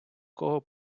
кого